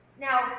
Now